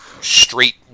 straight